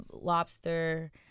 lobster